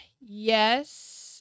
yes